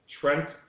Trent